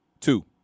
Two